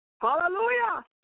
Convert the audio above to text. Hallelujah